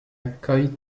mccoy